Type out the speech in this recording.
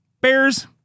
bears